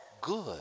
good